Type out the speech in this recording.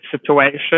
situation